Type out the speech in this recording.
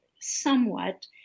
somewhat